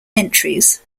entries